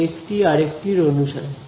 একটি আরেকটির অনুসারে